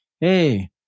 Hey